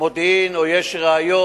מודיעין או יש ראיות.